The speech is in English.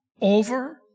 over